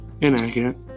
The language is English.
Inaccurate